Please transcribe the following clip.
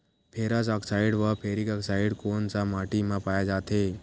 Ferrous oxide व ferric oxide कोन सा माटी म पाय जाथे?